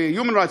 ב-human rights,